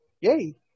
yay